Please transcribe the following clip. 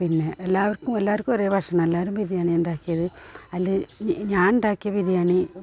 പിന്നെ എല്ലാവർക്കും എല്ലാവർക്കും ഒരേ ഭഷണമാണ് എല്ലാവാരും ബിരിയാണിയാണ് ഉണ്ടാക്കിയത് അതിൽ ഞാൻ ഉണ്ടാക്കിയ ബിരിയാണി